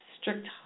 strict